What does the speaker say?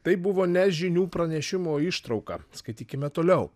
tai buvo ne žinių pranešimo ištrauka skaitykime toliau